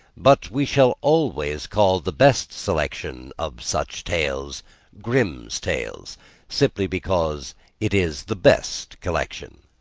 but we shall always call the best selection of such tales grimm's tales simply because it is the best collection.